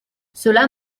cela